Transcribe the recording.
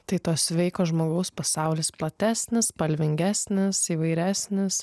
tai to sveiko žmogaus pasaulis platesnis spalvingesnis įvairesnis